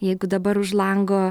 jeigu dabar už lango